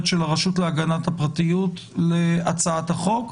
של הרשות להגנת הפרטיות להצעת החוק,